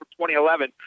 2011